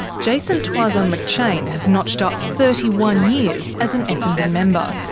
jason tuazon-mccheyne has notched up thirty one years as an essendon member,